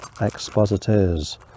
expositors